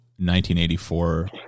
1984